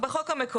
זה בחוק המקורי.